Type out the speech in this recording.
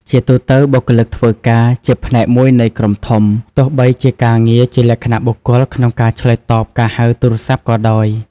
ជាទូទៅបុគ្គលិកធ្វើការជាផ្នែកមួយនៃក្រុមធំ ទោះបីជាការងារជាលក្ខណៈបុគ្គលក្នុងការឆ្លើយតបការហៅទូរស័ព្ទក៏ដោយ។